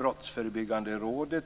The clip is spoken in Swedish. Brottsförebyggande rådet,